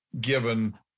given